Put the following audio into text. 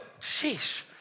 Sheesh